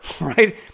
right